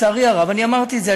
לצערי הרב, אני אמרתי את זה.